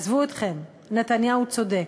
עזבו אתכם, נתניהו צודק.